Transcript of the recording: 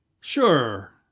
Sure